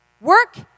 work